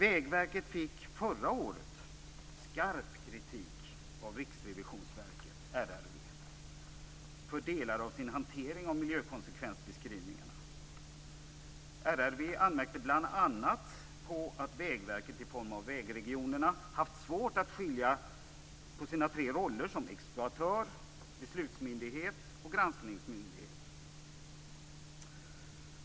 Vägverket fick förra året skarp kritik av Riksrevisionsverket, RRV, för delar av sin hantering av miljökonsekvensbeskrivningarna. RRV anmärkte bl.a. på att Vägverket, i form av vägregionerna, haft svårt att skilja på sina tre roller som exploatör, beslutsmyndighet och granskningsmyndighet.